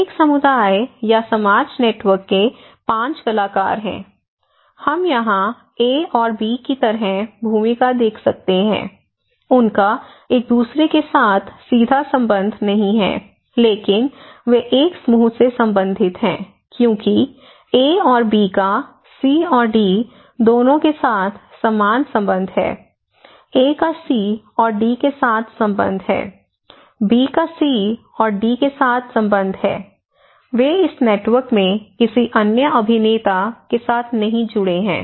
एक समुदाय या समाज नेटवर्क के पांच कलाकार हैं हम यहां ए और बी की तरह भूमिका देख सकते हैं उनका एक दूसरे के साथ सीधा संबंध नहीं है लेकिन वे एक समूह से संबंधित हैं क्योंकि A और B का C और D दोनों के साथ समान संबंध है A का C और D के साथ संबंध है B का C और D के साथ संबंध है वे इस नेटवर्क में किसी अन्य अभिनेता के साथ नहीं जुड़े हैं